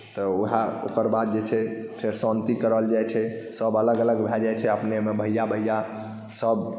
तऽ उएह ओकर बाद जे छै फेर शान्ति कराओल जाइत छै सभ अलग अलग भए जाइत छै अपनेमे भैआ भैआसभ